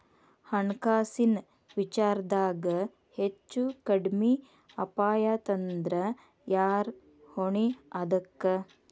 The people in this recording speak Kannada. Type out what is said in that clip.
ಹಣ್ಕಾಸಿನ್ ವಿಚಾರ್ದಾಗ ಹೆಚ್ಚು ಕಡ್ಮಿ ಅಪಾಯಾತಂದ್ರ ಯಾರ್ ಹೊಣಿ ಅದಕ್ಕ?